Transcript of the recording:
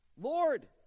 lord